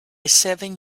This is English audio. seven